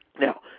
Now